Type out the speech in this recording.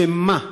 בשם מה?